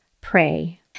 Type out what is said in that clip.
pray